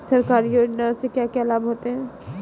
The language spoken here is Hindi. सरकारी योजनाओं से क्या क्या लाभ होता है?